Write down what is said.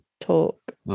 talk